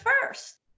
first